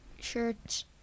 shirts